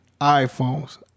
iPhones